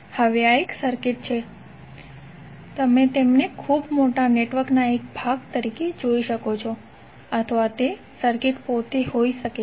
હવે આ સર્કિટ છે તમે તેમને ખૂબ મોટા નેટવર્કના એક ભાગ તરીકે જોઈ શકો છો અથવા તે સર્કિટ પોતે હોઈ શકે છે